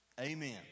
Amen